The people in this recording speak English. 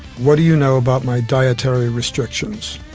what do you know about my dietary restrictions?